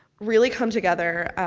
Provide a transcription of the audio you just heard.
really come together,